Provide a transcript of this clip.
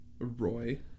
Roy